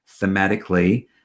thematically